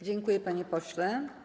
Dziękuję, panie pośle.